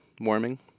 warming